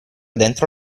dentro